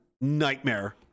nightmare